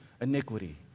iniquity